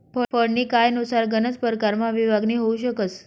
फंडनी कायनुसार गनच परकारमा विभागणी होउ शकस